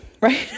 right